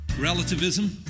Relativism